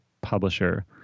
publisher